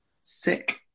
Sick